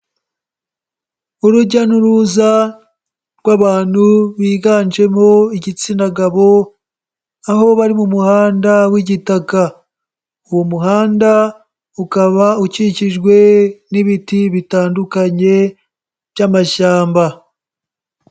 Urujya n'uruza rw'abantu biganjemo igitsina gabo, aho bari mu muhanda w'igitaka. Uwo muhanda ukaba ukikijwe n'ibiti bitandukanye by'amashyamba.